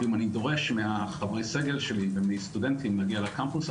ואם אני דורש מחברי הסגל שלי ומסטודנטים להגיע לקמפוס,